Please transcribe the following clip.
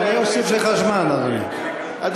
אני אוסיף לך זמן, אדוני.